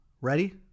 Ready